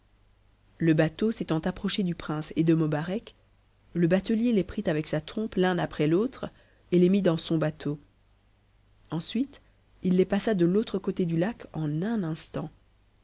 le bateau s'étant approché u prince et de mobarec le batelier les prit avec sa trompe l'un après l'autre et les mit dans son bateau ensuite il les passa de l'autre côté du lac en un instant